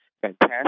fantastic